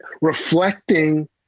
Reflecting